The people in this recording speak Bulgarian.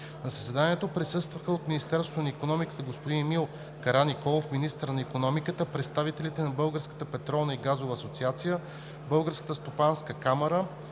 На заседанието присъстваха: от Министерството на икономиката: господин Емил Караниколов – министър на икономиката; представители на Българската